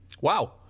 Wow